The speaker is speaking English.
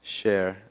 share